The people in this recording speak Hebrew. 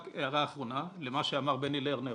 רק הערה אחרונה למה שאמר בני לרנר,